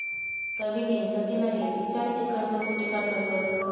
कविनी जतिनले ईचारं की कर्ज कोठे काढतंस